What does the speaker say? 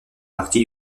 partie